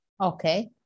Okay